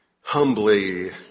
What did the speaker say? humbly